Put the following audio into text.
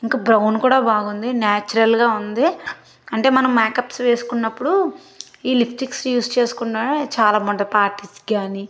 ఇంకా బ్రౌన్ కూడా బాగుంది నాచురల్గా ఉంది అంటే మనం మేకప్స్ వేసుకున్నప్పుడు ఈ లిప్స్టిక్స్ యూజ్ చేసుకున్న చాలా బాగుంటుంది పార్టీస్ కానీ